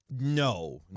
No